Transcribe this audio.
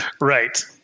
Right